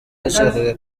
yashakaga